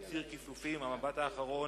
ציר כיסופים, המבט האחרון,